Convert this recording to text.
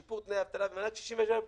שיפור תנאי אבטלה ומענק בני 67 פלוס,